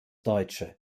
deutsche